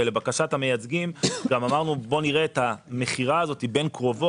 ולבקשת המייצגים גם אמרנו: בואו נראה את המכירה הזאת בין קרובו,